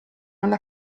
alla